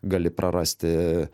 gali prarasti